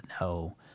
no